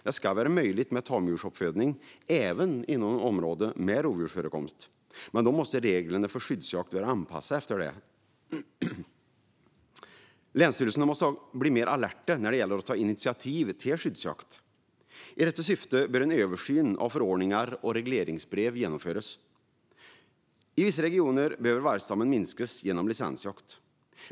Det ska vara möjligt med tamdjursuppfödning även inom områden med rovdjursförekomst, men då måste reglerna för skyddsjakt vara anpassade efter det. Länsstyrelserna måste bli mer alerta när det gäller att ta initiativ till skyddsjakt. I detta syfte bör en översyn av förordningar och regleringsbrev genomföras. I vissa regioner behöver vargstammen minskas genom licensjakt.